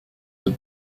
had